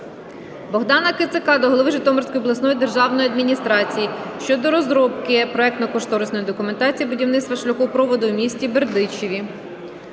Богдана Кицака до голови Житомирської обласної державної адміністрації щодо розробки проектно-кошторисної документації будівництва шляхопроводу в місті Бердичеві.